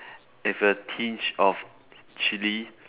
with a tinge of chili